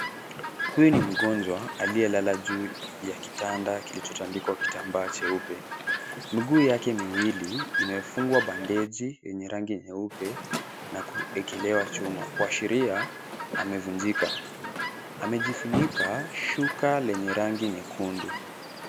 huyu ni mgonjwa aliyelala juu ya kitanda kilicho tandikwa kitambaa cheupe. Miguu yake miwili imefungwa bandeji yenye rangi nyeupe na kuekelewa chuma kuashiria amevunjika. Amajifunika shuka lenye rangi nyekundu.